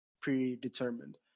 predetermined